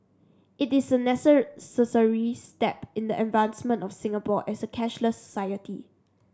it is a step in the advancement of Singapore as a cashless society